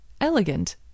elegant